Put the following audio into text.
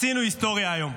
עשינו היסטוריה היום.